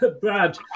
Brad